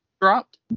dropped